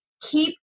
keep